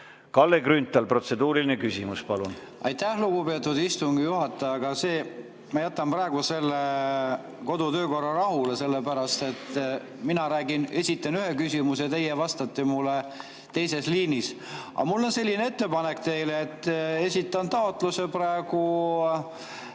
Kalle Grünthal, protseduuriline küsimus, palun! Aitäh, lugupeetud istungi juhataja! Ma jätan praegu selle kodu- ja töökorra rahule, sellepärast et mina esitan ühe küsimuse ja teie vastate mulle teises liinis. Aga mul on selline ettepanek teile, ma esitan taotluse praegu